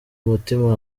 umutima